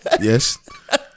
Yes